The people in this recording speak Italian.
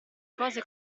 cose